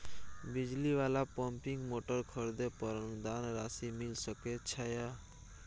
बिजली वाला pumping motor खरीदे पर अनुदान राशि मिल सके छैय?